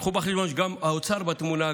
קחו בחשבון שגם האוצר בתמונה,